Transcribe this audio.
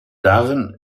darin